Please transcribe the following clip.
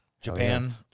Japan